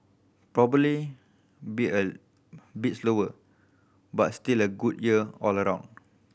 probably be a bit slower but still a good year all around